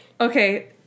Okay